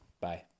Bye